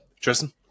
Tristan